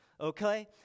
Okay